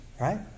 right